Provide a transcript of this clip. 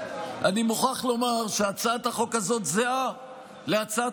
אני מוכרח לומר שהצעת החוק הזאת זהה להצעת